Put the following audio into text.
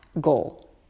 goal